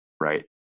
right